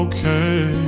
Okay